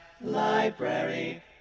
Library